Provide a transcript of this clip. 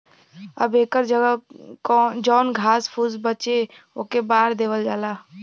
अब एकर जगह जौन घास फुस बचे ओके बार देवल जाला